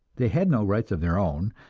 they had no rights of their own,